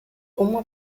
uma